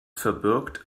verbirgt